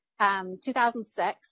2006